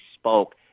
spoke